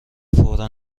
فورا